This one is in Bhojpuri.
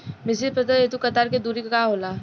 मिश्रित फसल हेतु कतार के दूरी का होला?